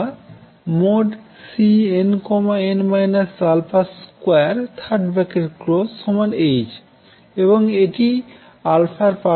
2h এবং এটি এর পার্থক্য ছাড়া কিছুই নয়